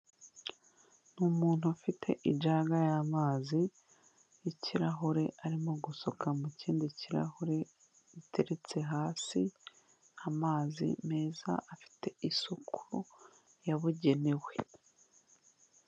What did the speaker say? Umuntu ufite ijanga y'amazi y'ikirahure arimo gusuka mu kindi kirahure iteretse hasi, amazi meza afite isuku yabugenewe.